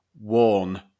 warn